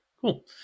cool